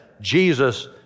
Jesus